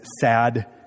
sad